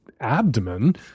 abdomen